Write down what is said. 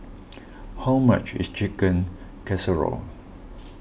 how much is Chicken Casserole